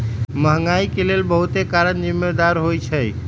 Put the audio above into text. महंगाई के लेल बहुते कारन जिम्मेदार होइ छइ